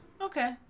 Okay